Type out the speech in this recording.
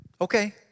Okay